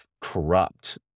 corrupt